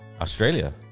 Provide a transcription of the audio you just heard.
Australia